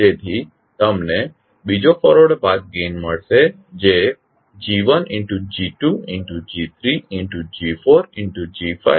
તેથી તમને બીજો ફોરવર્ડ પાથ ગેઇન મળશે જે G1sG2sG3 sG4sG6sG7 છે